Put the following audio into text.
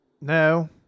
No